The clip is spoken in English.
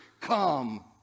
come